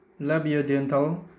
labiodental